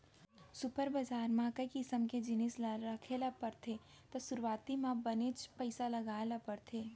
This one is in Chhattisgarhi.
सुपर बजार म कई किसम के जिनिस ल राखे ल परथे त सुरूवाती म बनेच पइसा लगाय ल परथे